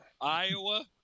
Iowa